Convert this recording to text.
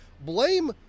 blame